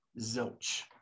zilch